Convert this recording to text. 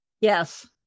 Yes